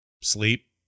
sleep